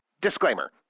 Disclaimer